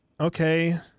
Okay